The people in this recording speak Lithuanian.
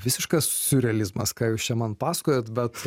visiškas siurrealizmas ką jūs čia man pasakojot bet